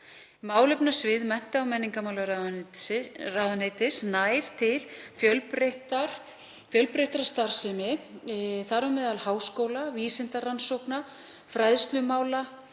Málefnasvið mennta- og menningarmálaráðuneytis nær til fjölbreyttrar starfsemi, þar á meðal háskóla, vísindarannsókna, fræðslumála,